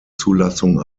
zulassung